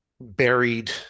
buried